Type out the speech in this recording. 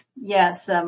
Yes